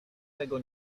tego